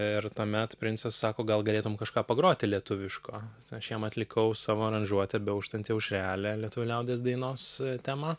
ir tuomet princas sako gal galėtum kažką pagroti lietuviško aš jam atlikau savo aranžuotę beauštanti aušrelė lietuvių liaudies dainos tema